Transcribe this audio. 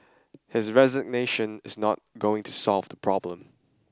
his resignation is not going to solve the problem